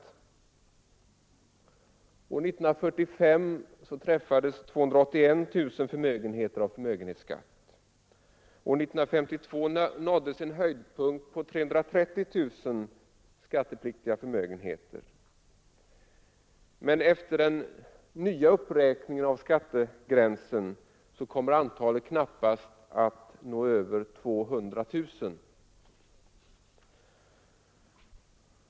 År 1945 träffades 281 000 förmögenheter av förmögenhetsskatt. År 1952 nåddes en höjdpunkt på 330 000 skattepliktiga förmögenheter. Efter den nya uppräkningen av skattegränsen kommer antalet knappast att nå över 200 000.